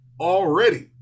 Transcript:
already